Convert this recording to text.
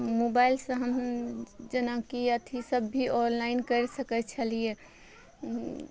मोबाइलसँ हम जेनाकि अथी सब भी ऑनलाइन करि सकय छलियै